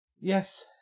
Yes